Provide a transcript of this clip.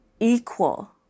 equal